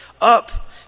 Up